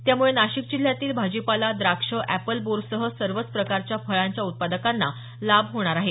त्यामुळे नाशिक जिल्ह्यातील भाजीपाला द्राक्ष एपल बोरसह सर्वच प्रकारच्या फळांच्या उत्पादकांना लाभ होणार आहे